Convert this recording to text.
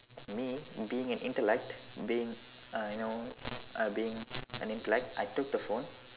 me being an intellect being uh you know uh being an intellect I took the phone